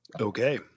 Okay